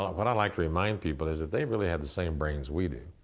what i like to remind people is that they really had the same brains we do.